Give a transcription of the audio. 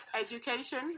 education